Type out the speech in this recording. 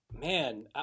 man